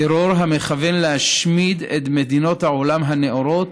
טרור המכוון להשמיד את מדינות העולם הנאורות